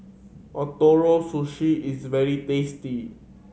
Ootoro Sushi is very tasty